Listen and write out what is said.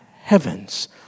heavens